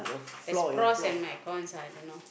there's pros and my cons I don't know